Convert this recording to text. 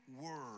word